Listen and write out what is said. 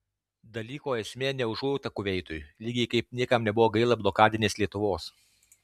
dalyko esmė ne užuojauta kuveitui lygiai kaip niekam nebuvo gaila blokadinės lietuvos